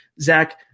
Zach